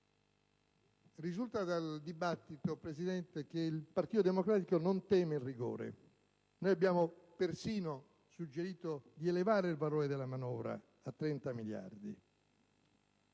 Risulta dal dibattito, Presidente, che il Partito Democratico non teme il rigore. Abbiamo persino suggerito di elevare il valore della manovra a 30 miliardi